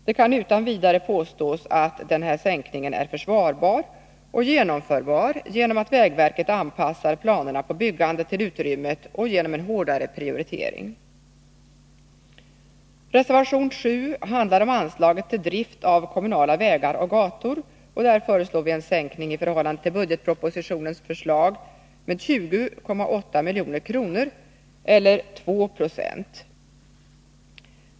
Det kan utan vidare påstås att denna sänkning är försvarbar och genomförbar genom att vägverket anpassar planerna på byggande till utrymmet och genom en hårdare prioritering. Reservation nr 7 handlar om anslaget till drift av kommunala vägar och gator, och där föreslår vi en sänkning i förhållande till budgetpropositionens förslag med 20,8 milj.kr. eller 2 90.